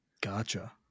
gotcha